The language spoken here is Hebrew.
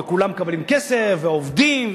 וכולם מקבלים כסף ועובדים,